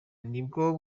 nibwo